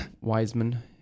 Wiseman